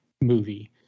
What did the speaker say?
movie